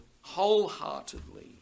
wholeheartedly